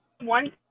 one